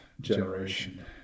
generation